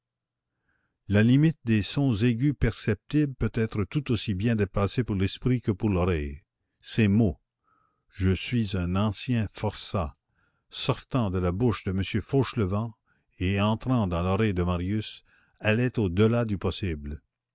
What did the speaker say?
la limite des sons aigus perceptibles peut être tout aussi bien dépassée pour l'esprit que pour l'oreille ces mots je suis un ancien forçat sortant de la bouche de m fauchelevent et entrant dans l'oreille de marius allaient au delà du possible